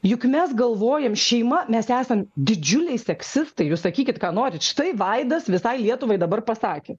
juk mes galvojam šeima nes esam didžiuliai seksistai jūs sakykit ką norit štai vaidas visai lietuvai dabar pasakė